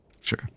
Sure